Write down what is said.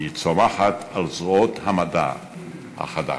והיא צומחת על זרועות המדע החדש.